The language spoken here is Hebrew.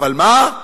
אבל מה?